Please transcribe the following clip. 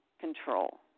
control